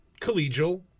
collegial